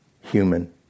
human